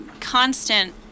constant